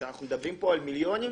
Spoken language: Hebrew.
כשאנחנו מדברים פה על מיליונים,